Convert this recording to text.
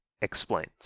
explains